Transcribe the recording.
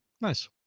Nice